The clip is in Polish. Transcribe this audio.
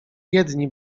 jedni